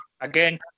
again